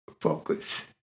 focus